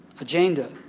Agenda